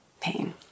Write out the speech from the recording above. pain